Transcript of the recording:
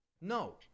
No